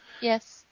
Yes